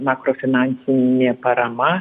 makrofinansinė parama